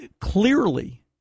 clearly